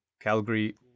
Calgary